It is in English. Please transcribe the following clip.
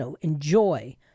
enjoy